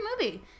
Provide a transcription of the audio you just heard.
movie